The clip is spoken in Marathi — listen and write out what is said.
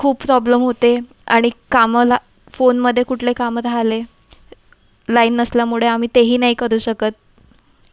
खूप प्रॉब्लेम होते आणि कामाला फोनमध्ये कुठले काम राहिले लाईन नसल्यामुळे आम्ही तेही नाही करू शकत